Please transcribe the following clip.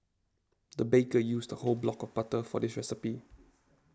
the baker used a whole block of butter for this recipe